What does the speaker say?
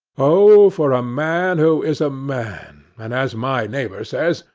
o for a man who is a man, and, as my neighbor says,